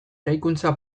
eraikuntza